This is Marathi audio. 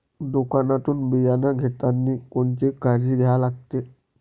दुकानातून बियानं घेतानी कोनची काळजी घ्या लागते?